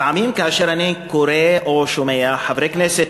לפעמים, כאשר אני קורא או שומע חברי כנסת,